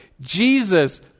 Jesus